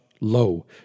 low